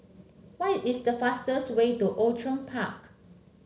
what is the fastest way to Outram Park